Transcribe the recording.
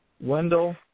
Wendell